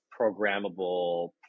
programmable